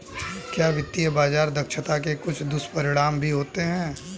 क्या वित्तीय बाजार दक्षता के कुछ दुष्परिणाम भी होते हैं?